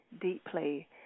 deeply